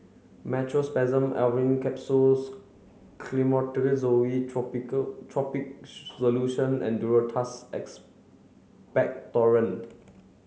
Meteospasmyl Alverine Capsules topical solution and Duro Tuss Expectorant